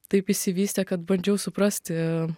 taip išsivystė kad bandžiau suprasti